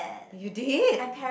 you did